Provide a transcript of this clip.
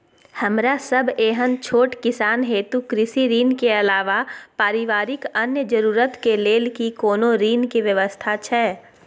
हमरा सब एहन छोट किसान हेतु कृषि ऋण के अलावा पारिवारिक अन्य जरूरत के लेल की कोनो ऋण के व्यवस्था छै?